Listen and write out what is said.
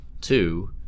Two